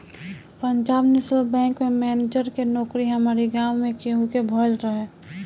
Punjab National Bank में manager के नोकरी हमारी गांव में केहू के भयल रहे